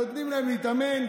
נותנים להם להתאמן,